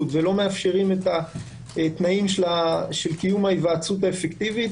ולא מאפשרים את התנאים של קיום ההיוועצות האפקטיבית,